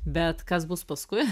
bet kas bus paskui